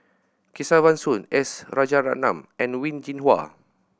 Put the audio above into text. Kesavan Soon S Rajaratnam and Wen Jinhua